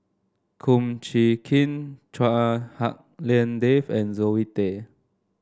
Kum Chee Kin Chua Hak Lien Dave and Zoe Tay